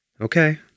Okay